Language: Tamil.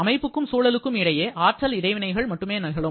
அமைப்புக்கும் சூழலுக்கும் இடையே ஆற்றல் இடைவினைகள் மட்டுமே நிகழும்